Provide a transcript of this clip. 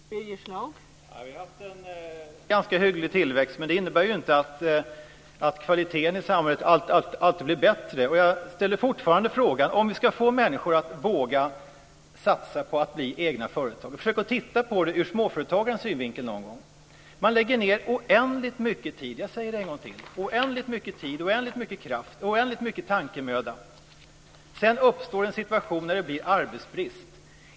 Fru talman! Vi har haft en ganska hygglig tillväxt, men det innebär inte att kvaliteten i samhället alltid blir bättre. Om vi ska få människor att våga satsa på att bli egenföretagare ska vi försöka se på det ur småföretagarnas synvinkel någon gång. Man lägger ned oändligt mycket tid, oändligt mycket kraft och tankemöda. Sedan uppstår situationen att det blir arbetsbrist.